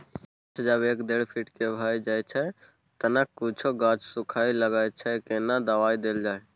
गाछ जब एक डेढ फीट के भ जायछै तखन कुछो गाछ सुखबय लागय छै केना दबाय देल जाय?